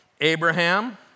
Abraham